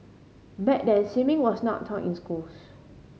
back then swimming was not taught in schools